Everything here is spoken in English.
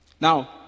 Now